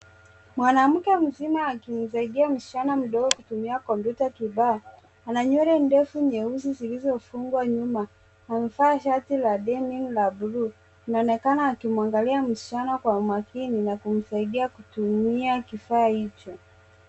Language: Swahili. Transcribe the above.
Mwanamke mzima akimzaidia msichana mdogo kutumia kompyuta kibao. Ana nywele ndefu nyeusi zilizo fungwa nyuma, amevaa shati la jinsi la bluu, anaonekana akimwaangalia msichana kwa makini na kumzaidia kutumia kifaa hicho.